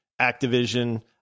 Activision